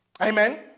Amen